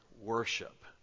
worship